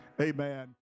Amen